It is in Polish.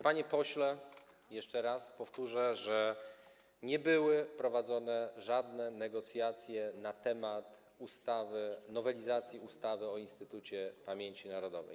Panie pośle, jeszcze raz powtórzę, że nie były prowadzone żadne negocjacje na temat nowelizacji ustawy o Instytucie Pamięci Narodowej.